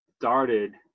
started